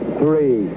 three